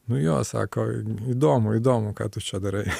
nu jo sako įdomu įdomu ką tu čia darai